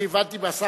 אני הבנתי מהשר,